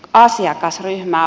vauvat